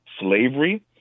slavery